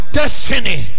destiny